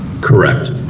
Correct